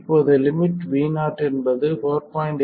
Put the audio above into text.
இப்போது limit Vo என்பது 4